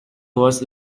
was